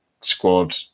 squad